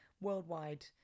worldwide